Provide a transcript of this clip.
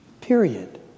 period